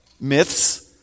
myths